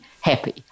happy